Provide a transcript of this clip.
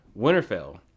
Winterfell